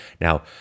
Now